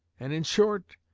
and, in short,